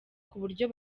kuburyo